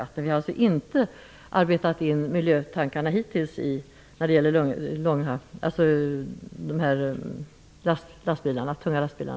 Hittills har vi alltså inte arbetat in miljöaspekterna när det gäller dessa tunga lastbilar.